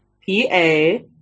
P-A